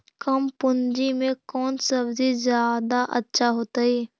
कम पूंजी में कौन सब्ज़ी जादा अच्छा होतई?